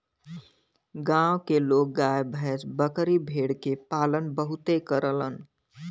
गांव के लोग गाय भैस, बकरी भेड़ के पालन बहुते करलन